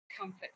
comfort